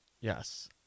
Yes